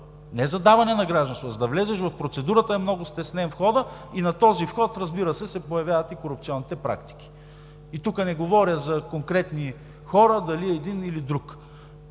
не за даване на гражданство, а за да влезеш в процедурата е много стеснен входът и на този вход, разбира се, се появяват и корупционните практики – и тук не говоря за конкретни хора, дали е един или друг,